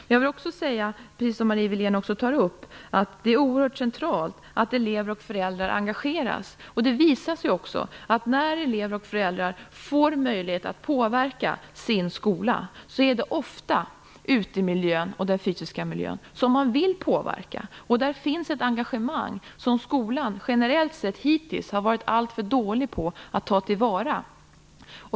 Men jag vill också instämma i precis det som Marie Wilén tar upp, nämligen att det är oerhört centralt att elever och föräldrar engageras. Det visar sig också att när elever och föräldrar får möjlighet att påverka sin skola är det ofta utemiljön och den fysiska miljön som man vill påverka. Här finns ett engagemang som skolan hittills, generellt sett, har tagit till vara alltför dåligt.